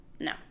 no